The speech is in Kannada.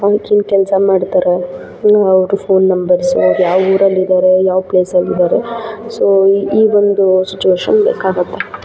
ಹಂಚಿನ ಕೆಲಸ ಮಾಡ್ತಾರೆ ಇನ್ನು ಅವರು ಫೋನ್ ನಂಬರ್ಸು ಅವ್ರು ಯಾವ ಊರಲ್ಲಿದಾರೆ ಯಾವ ಪ್ಲೇಸಲ್ಲಿದಾರೆ ಸೊ ಈವೊಂದು ಸಿಚುವೇಶನ್ ಬೇಕಾಗತ್ತೆ